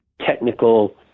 technical